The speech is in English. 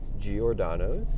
Giordano's